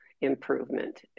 improvement